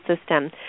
system